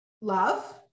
love